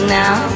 now